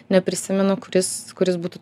neprisimenu kuris kuris būtų